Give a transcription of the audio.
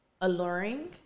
alluring